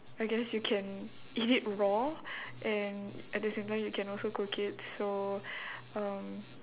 I guess you can eat it raw and at the same time you can also cook it so um